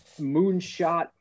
moonshot